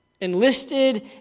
enlisted